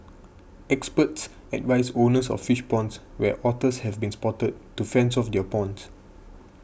experts advise owners of fish ponds where otters have been spotted to fence off their ponds